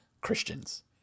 Christians